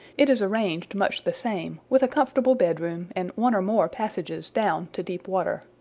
it is arranged much the same, with a comfortable bedroom and one or more passages down to deep water.